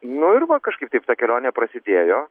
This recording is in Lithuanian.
nu ir va kažkaip taip ta kelionė prasidėjo